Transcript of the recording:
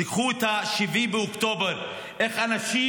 תיקחו את 7 באוקטובר, איך אנשים